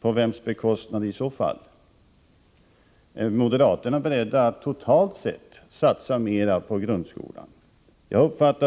På vems bekostnad i så fall? Är moderaterna beredda att totalt sett satsa mera på grundskolan? Jag uppfattar